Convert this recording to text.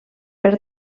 per